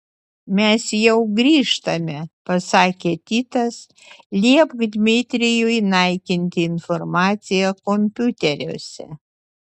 mes jau grįžtame pasakė titas liepk dmitrijui naikinti informaciją kompiuteriuose